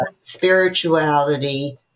Spirituality